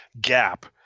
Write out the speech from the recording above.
gap